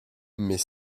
mais